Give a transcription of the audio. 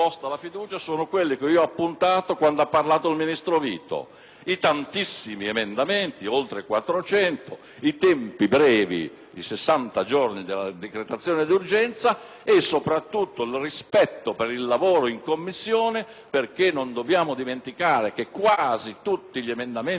i tantissimi emendamenti (oltre 400), i tempi brevi, i sessanta giorni della decretazione d'urgenza e, soprattutto, il rispetto per il lavoro in Commissione, perché non dobbiamo dimenticare che quasi tutti gli emendamenti parlamentari sono stati inseriti nel maxiemendamento